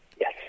Yes